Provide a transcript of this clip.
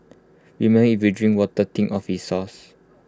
remember if you drink water think of its source